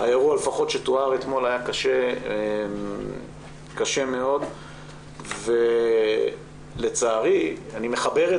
האירוע לפחות שתואר אתמול היה קשה מאוד ולצערי אני מחבר את